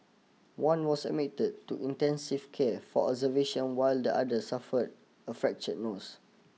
one was admitted to intensive care for observation while the other suffered a fractured nose